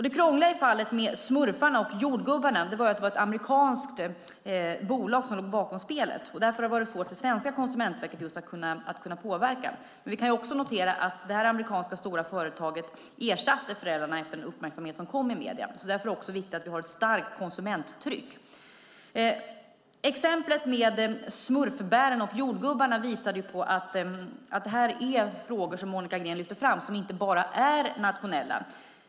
Det krångliga i fallet med smurfarna och jordgubbarna var att det var ett amerikanskt bolag som låg bakom spelet. Därför har det varit svårt för svenska Konsumentverket att kunna påverka. Vi kan notera att det stora amerikanska företaget faktiskt ersatte föräldrarna efter den uppmärksamhet som medierna skapade. Därför är det viktigt att vi också har ett starkt konsumenttryck. Exemplet med smurfbären och jordgubbarna visar att dessa frågor, precis som Monica Green lyfter fram, inte bara är nationella.